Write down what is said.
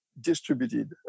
distributed